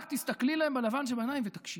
רק תסתכלי להן בלבן שבעיניים ותקשיבי,